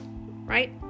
right